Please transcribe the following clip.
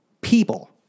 people